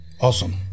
awesome